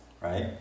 right